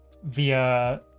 via